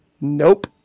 nope